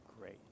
great